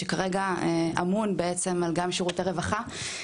שכרגע אמון בעצם גם על שירותי רווחה,